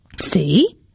See